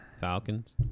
Falcons